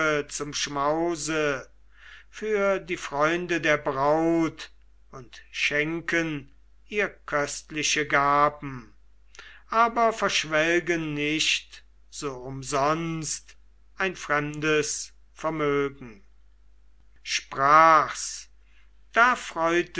zum schmause für die freunde der braut und schenken ihr köstliche gaben aber verschwelgen nicht so umsonst ein fremdes vermögen sprach's da